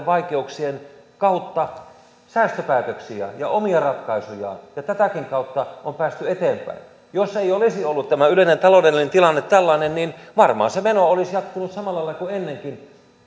vaikeuksien kautta säästöpäätöksiä ja omia ratkaisujaan ja tätäkin kautta on päästy eteenpäin jos ei olisi ollut tämä yleinen taloudellinen tilanne tällainen niin varmaan se meno olisi jatkunut samalla lailla kuin ennenkin